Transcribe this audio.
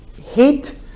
heat